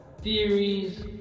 Theories